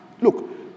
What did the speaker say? look